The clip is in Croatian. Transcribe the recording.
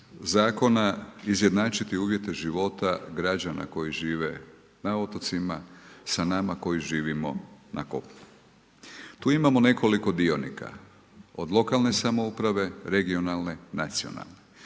zakona izjednačiti uvjete života građana koji žive na otocima, s nama koji živimo na kopnu. Tu imamo nekoliko dionika, od lokalne samouprave, regionalne, nacionalne.